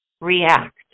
react